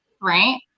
right